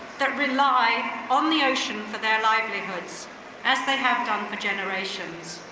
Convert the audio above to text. that rely on the ocean, for their livelihoods as they have done for generations.